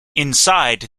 inside